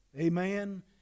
amen